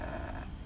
uh